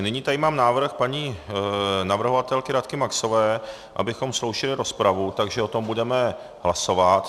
Nyní tady mám návrh paní navrhovatelky Radky Maxové, abychom sloučili rozpravu, takže o tom budeme hlasovat.